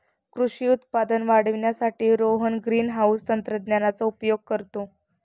कृषी उत्पादन वाढवण्यासाठी रोहन ग्रीनहाउस तंत्रज्ञानाचा उपयोग करतो